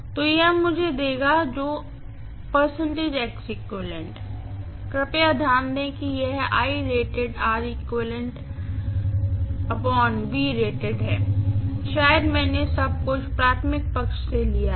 तो यह मुझे देगा जो है कृपया ध्यान दें कि यह है शायद मैंने सब कुछ प्राइमरी साइड से लिया है